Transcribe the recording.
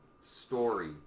story